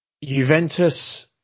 Juventus